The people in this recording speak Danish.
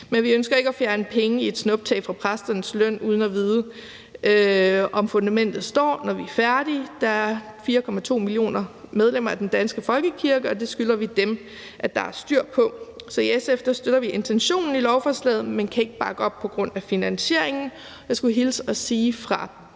Vi ønsker ikke at fjerne penge i et snuptag fra præsternes løn uden at vide, om fundamentet står, når vi er færdige. Der er 4,2 millioner medemmer af den danske folkekirke, og vi skylder dem, at der er styr på det. I SF støtter vi intentionen i lovforslaget, men kan ikke bakke op på grund af finansieringen. Jeg skulle hilse og sige fra Det